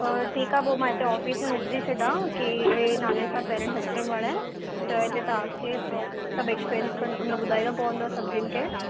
अ ठीकु आहे पोइ मां हिते ऑफ़िस में विझी थी छॾियां की नाले सां पेरेंट्स अचण वारा आहिनि त हिते तव्हांखे पियो सभु एक्सप्लेन कनि मतिलबु ॿुधाइणो पवंदो सभिनीनि खे